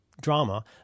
drama